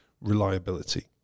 reliability